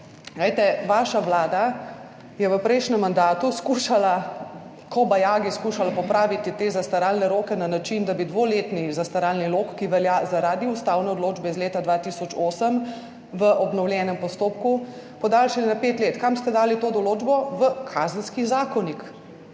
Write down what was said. vaša vlada je v prejšnjem mandatu skušala, ko bajagi skušala popraviti te zastaralne roke na način, da bi dvoletni zastaralni rok, ki velja zaradi ustavne odločbe iz leta 2008 v obnovljenem postopku podaljšali na pet let. Kam ste dali to določbo? V Kazenski zakonik,